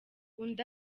undi